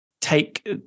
take